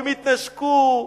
הם יתנשקו,